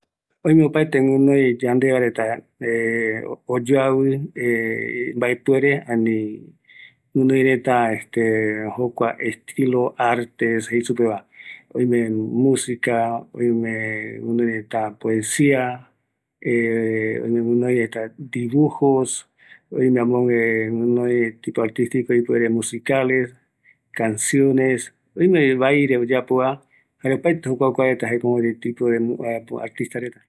Oïme jeta yaikuavaera oïme, musical, dibujo, pintado mural, poesia, escultor, tallado de madera, tallado enpiedra, tejido, bordado...